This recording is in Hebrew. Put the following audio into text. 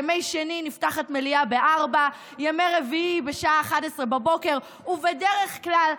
בימי שני נפתחת המליאה ב-16:00 ובימי רביעי,